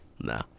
No